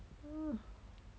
uh